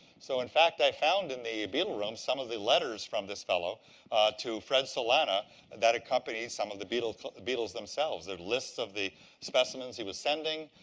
so in fact, i found in the beetle room some of the letters from this fellow to fred solana that accompanied some of the beetles the beetles themselves. the list of the specimens he was sending,